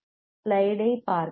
ஸ்லைடைப் பார்க்கவும்